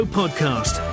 podcast